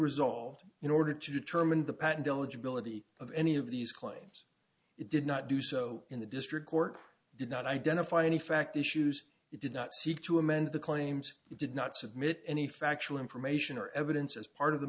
resolved in order to determine the patent eligibility of any of these claims it did not do so in the district court did not identify any fact issues it did not seek to amend the claims he did not submit any factual information or evidence as part of the